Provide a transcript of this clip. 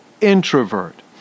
introvert